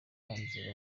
hanze